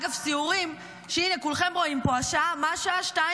אגב סיורים, כולכם רואים פה מה השעה, 02:00?